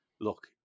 look